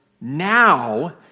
now